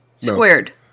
squared